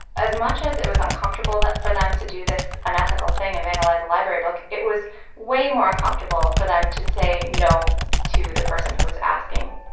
as much as it was uncomfortable for them to do this unethical thing and vandalize a library book, it was way more uncomfortable for them to say no to the person who was asking